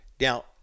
Now